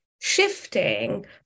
shifting